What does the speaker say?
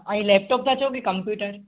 ऐं लैपटॉप था चओ की कंप्यूटर